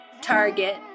target